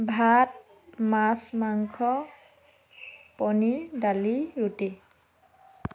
ভাত মাছ মাংস পনীৰ দালি ৰুটি